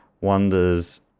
wonders